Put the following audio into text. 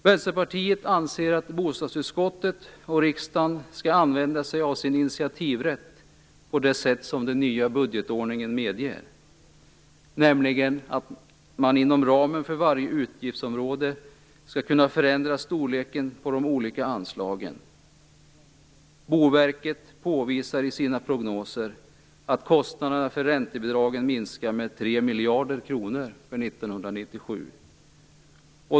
Vänsterpartiet anser att bostadsutskottet och riksdagen skall använda sig av sin initiativrätt på det sätt som den nya budgetordningen medger, nämligen att man inom ramen för varje utgiftsområde skall kunna förändra storleken på de olika anslagen. Boverket påvisar i sina prognoser att kostnaderna för räntebidragen minskar med 3 miljarder kronor för 1997.